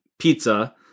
Pizza